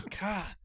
God